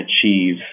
achieve